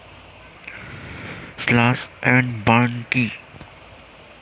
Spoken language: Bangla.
স্লাস এন্ড বার্ন কি?